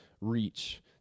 reach